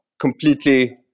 completely